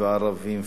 ערבים,